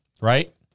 right